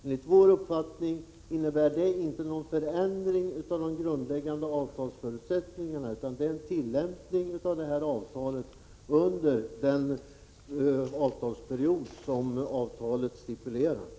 Enligt vår uppfattning innebär det inte någon förändring av de grundläggande avtalsförutsättningarna, utan det är fråga om en tillämpning av avtalet under den avtalsperiod som avtalet stipulerar.